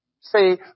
See